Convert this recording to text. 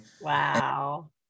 Wow